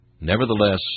Nevertheless